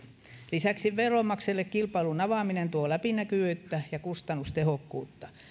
lisäksi veronmaksajille kilpailun avaaminen tuo läpinäkyvyyttä ja kustannustehokkuutta